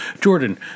Jordan